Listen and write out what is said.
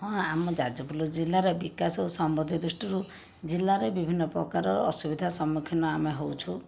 ହଁ ଆମ ଯାଜପୁର ଜିଲ୍ଲାର ବିକାଶ ଓ ସମୃଦ୍ଧି ଦୃଷ୍ଟିରୁ ଜିଲ୍ଲାରେ ବିଭିନ୍ନ ପ୍ରକାରର ଅସୁବିଧା ସମ୍ମୁଖୀନ ଆମେ ହେଉଛୁ